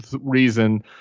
reason